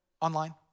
online